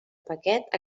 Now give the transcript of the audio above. paquet